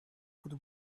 could